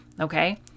Okay